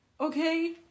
Okay